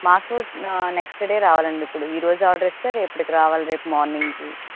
మాకు next day రావాలండి ఇప్పుడు ఈరోజు ఆర్డర్ ఇస్తే రేపటికి రావాలి రేపు మార్నింగ్కి